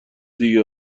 دیگه